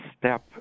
step